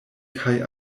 kaj